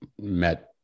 met